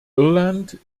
irland